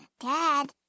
Dad